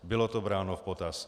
Bylo to bráno v potaz.